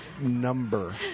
number